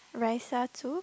Raisa too